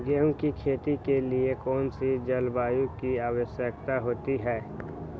गेंहू की खेती के लिए कौन सी जलवायु की आवश्यकता होती है?